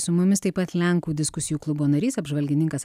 su mumis taip pat lenkų diskusijų klubo narys apžvalgininkas